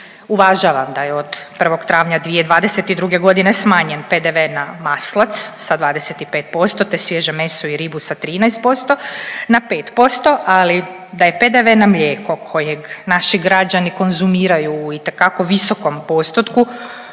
Uvažavam da je od 1. travnja 2022. godine smanjen PDV na maslac sa 25%, te svježe meso i ribu sa 13% na 5%, ali da je PDV na mlijeko kojeg naši građani konzumiraju u itekako visokom postotkom